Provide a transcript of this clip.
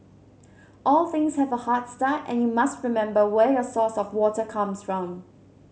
all things have a hard start and you must remember where your source of water comes from